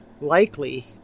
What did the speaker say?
likely